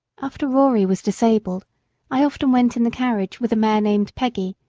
after rory was disabled i often went in the carriage with a mare named peggy,